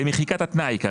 במחיקת התנאי.